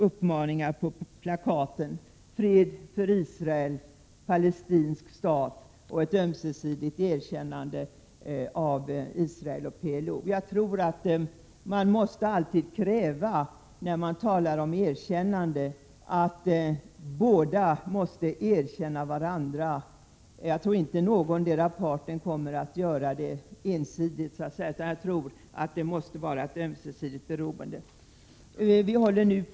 Uppmaningarna på plakaten skulle vara: Fred för Israel. Palestinsk stat. Ett ömsesidigt erkännande av Israel och PLO. När man talar om erkännande tror jag att man måste kräva att båda måste erkänna varandra. Jag tror inte att någondera part kommer att göra det ensidigt, utan det måste vara ömsesidigt och samtidigt.